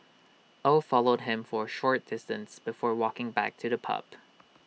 oh followed him for A short distance before walking back to the pub